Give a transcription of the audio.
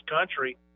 country